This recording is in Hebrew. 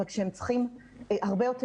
הרבה יותר,